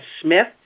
Smith